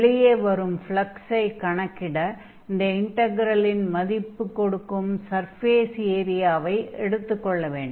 வெளியே வரும் ஃப்லக்ஸை கணக்கிட இந்த இன்டக்ரெலின் மதிப்பு கொடுக்கும் சர்ஃபேஸ் ஏரியாவை எடுத்துக் கொள்ள வேண்டும்